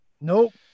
Nope